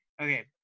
Okay